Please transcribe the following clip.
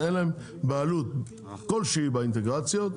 שאין להם בעלות כלשהי באינטגרציות,